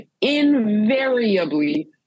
invariably